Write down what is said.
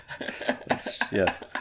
Yes